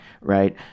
right